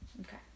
Okay